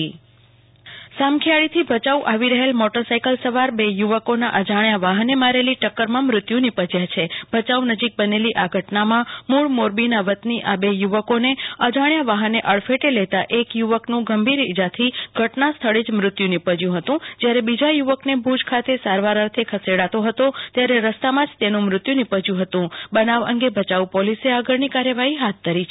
કલ્પના શાહ અકસ્માત સામખીયાળી થી ભયાઉ અવી રહેલ મોટલર સાયકલ સવાવર બે યુ વકોના અજાણ્યા વાહને મારેલી ટક્કરમાં મૃત્યુ નીપજયા છે ભયાઉ નજીક બનેલી આ ઘટનામાં મુળ મોરબીના વતની આ બે યુ વકોને અજાણ્યા વાહને અડફેટે લેતા એક યુ વકનું ગંભીર ઈજાથી ઘટના સ્થળે જ મૃત્યુ નીપશ્યુ હતું જયારે બીજા યુ વકને ભુજ ખાતે સારવાર અર્થે ખસેડાયો હતો ત્યારે રસ્તામાંજ તેનું મૃત્યુ નીપજ્યુ હનુંબનાવ અંગે ભયાઉ પોલીસે આગળની કાર્યવાહી હાથ ધરી છે